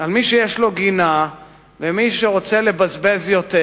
על מי שיש לו גינה ומי שרוצה לבזבז יותר,